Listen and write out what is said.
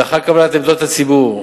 לאחר קבלת עמדות הציבור,